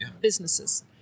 businesses